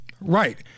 Right